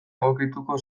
egokituko